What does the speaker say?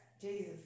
Jesus